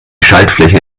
schaltfläche